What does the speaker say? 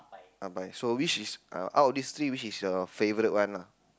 bye bye so which is uh out of this three which is your favourite one lah